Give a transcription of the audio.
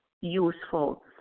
useful